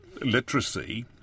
literacy